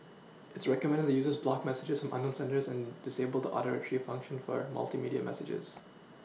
its recommended that users block messages from unknown senders and disable the Auto Retrieve function for a multimedia messages